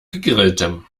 gegrilltem